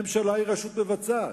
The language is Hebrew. ממשלה היא רשות מבצעת.